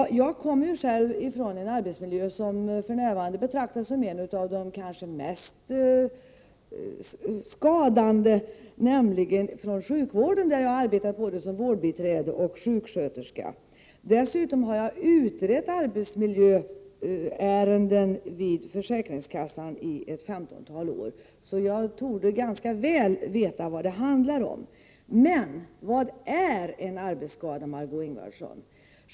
Själv kommer jag från en arbetsmiljö som för närvarande betraktas som en av de kanske mest skadliga. Jag har nämligen arbetat inom sjukvården både som vårdbiträde och som sjuksköterska. Dessutom har jag utrett arbetsmiljöärenden vid försäkringskassan under ungefär femton år. Därför torde jag ganska väl veta vad det handlar om. Men, vad är en arbetsskada, Margö Ingvardsson?